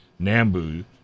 Nambu